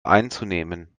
einzunehmen